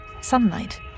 Sunlight